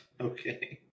okay